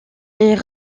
est